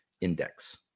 index